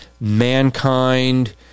mankind